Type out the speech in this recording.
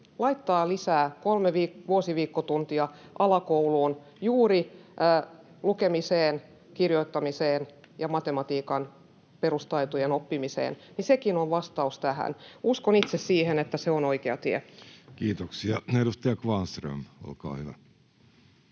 laittaa lisää kolme vuosiviikkotuntia alakouluun juuri lukemiseen, kirjoittamiseen ja matematiikan perustaitojen oppimiseen, on vastaus tähän. Uskon itse siihen, että se on oikea tie. Kiitoksia. — Edustaja Kvarnström, olkaa hyvä.